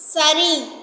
சரி